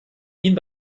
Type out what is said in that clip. ihnen